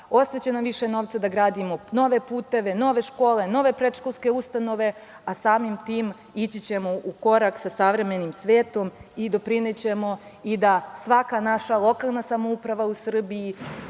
ostaće nam više novca da gradimo nove puteve, nove škole, nove predškolske ustanove, a samim tim ići ćemo u korak sa savremenim svetom i doprinećemo i da svaka naša lokalna samouprava u Srbiji